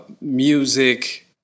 music